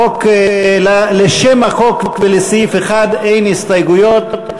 לשם החוק ולסעיף 1 אין הסתייגויות.